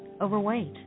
overweight